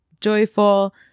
joyful